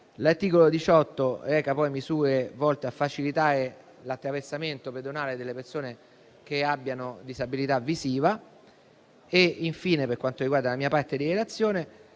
L'articolo 18 reca poi misure volte a facilitare l'attraversamento pedonale delle persone che abbiano disabilità visiva. Infine, per quanto riguarda la mia parte di relazione,